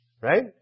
Right